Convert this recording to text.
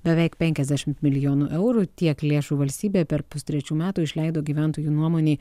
beveik penkiasdešim milijonų eurų tiek lėšų valstybė per pustrečių metų išleido gyventojų nuomonei